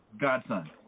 godson